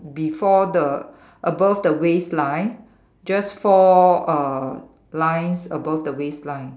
before the above the waist line just four uh lines above the waist line